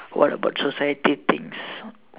what about society thinks